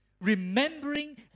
Remembering